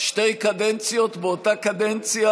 שתי קדנציות באותה קדנציה,